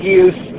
use